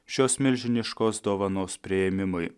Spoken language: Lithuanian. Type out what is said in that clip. šios milžiniškos dovanos priėmimui